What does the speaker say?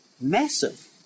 massive